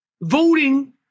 voting